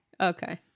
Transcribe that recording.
Okay